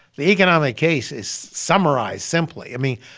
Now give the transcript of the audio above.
the economic case is summarized simply. i mean,